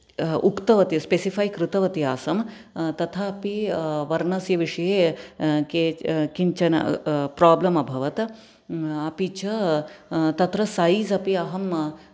उक्तवती स्पेसिफाय् कृतवति आसम् तथापि वर्णस्य विषये किञ्चन किञ्चन प्रोब्लेम् अभवत् अपि च तत्र सैज़् अपि अहम्